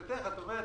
לשיטת מאי גולן,